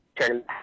turn